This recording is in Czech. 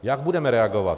Jak budeme reagovat?